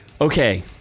okay